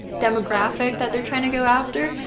demographic that they're trying to go after.